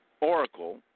Oracle